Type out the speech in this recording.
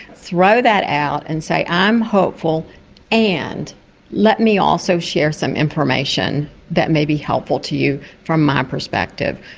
throw that out and say, i'm hopeful and let me also share some information that may be helpful to you from my perspective.